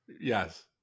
Yes